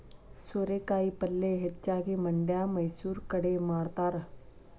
ಸೋರೆಕಾಯಿ ಪಲ್ಯೆ ಹೆಚ್ಚಾಗಿ ಮಂಡ್ಯಾ ಮೈಸೂರು ಕಡೆ ಮಾಡತಾರ